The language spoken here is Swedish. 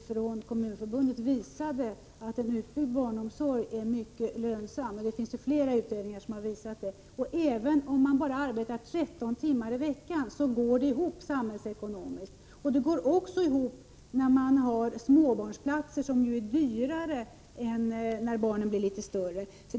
från Kommunförbundet visade faktiskt att en utbyggd barnomsorg är mycket lönsam. Det finns flera utredningar som har visat det. Och även om en förälder bara arbetar 13 timmar i veckan går det hela ihop samhällsekonomiskt! Det går också ihop när det gäller småbarnsplatser, som är dyrare än platserna för litet större barn.